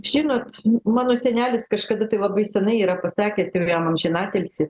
žinot mano senelis kažkada tai labai senai yra pasakęs jau jam amžinatilsį